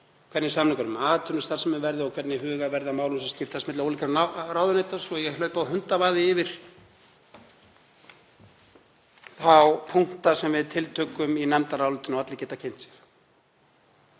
hvernig samningar um atvinnustarfsemi verði og hvernig hugað verði að málum sem skiptast milli ólíkra ráðuneyta, svo að ég hlaupi á hundavaði yfir þá punkta sem við tiltökum í nefndarálitinu og allir geta kynnt sér.